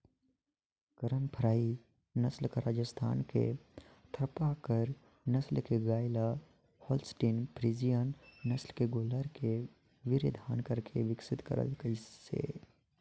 करन फ्राई नसल ल राजस्थान के थारपारकर नसल के गाय ल होल्सटीन फ्रीजियन नसल के गोल्लर के वीर्यधान करके बिकसित करल गईसे